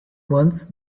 once